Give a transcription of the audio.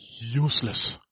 Useless